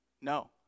No